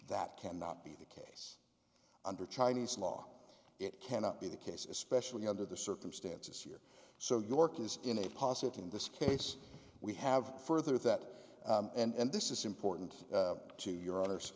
that cannot be the case under chinese law it cannot be the case especially under the circumstances here so york is in a positive in this case we have further that and this is important to your honor